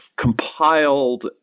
compiled